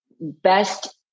best